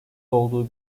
olduğu